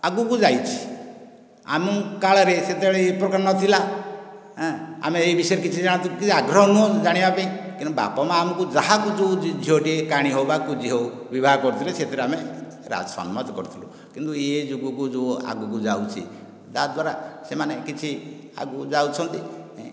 ଆଗକୁ ଯାଇଛି ଆମ କାଳରେ ସେତେବେଳେ ଏ ପ୍ରକାର ନଥିଲା ଆମେ ଏ ବିଷୟରେ କିଛି ଜାଣିନଥିଲୁ କିଛି ଆଗ୍ରହ ନୁହେଁ ଜାଣିବା ପାଇଁ କିନ୍ତୁ ବାପା ମା ଆମକୁ ଯାହାକୁ ଯେଉଁ ଝିଅଟି କାଣୀ ହେଉ ବା କୁଜି ହେଉ ବିଭା କରିଥିଲେ ସେଥିରେ ଆମେ ସଂମତ କରିଥିଲୁ କିନ୍ତୁ ଇଏ ଯୁଗକୁ ଯେଉଁ ଆଗକୁ ଯାଉଛି ଯାହାଦ୍ୱାରା ସେମାନେ କିଛି ଆଗକୁ ଯାଉଛନ୍ତି